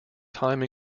time